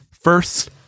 First